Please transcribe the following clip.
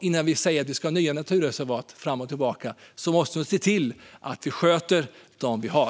Innan vi diskuterar fram och tillbaka om vi ska ha nya naturreservat måste vi se till att sköta dem vi har.